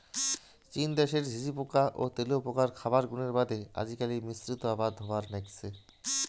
চীন দ্যাশের ঝিঁঝিপোকা ও তেলুয়াপোকার খাবার গুণের বাদে আজিকালি মিশ্রিত আবাদ হবার নাইগচে